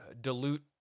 dilute